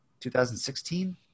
2016